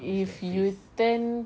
if you turn